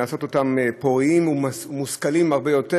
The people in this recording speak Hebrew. לעשות אותם פוריים ומושכלים הרבה יותר.